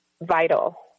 vital